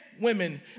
women